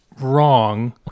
wrong